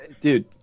Dude